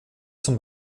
zum